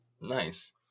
Nice